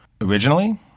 originally